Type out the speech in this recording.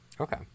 okay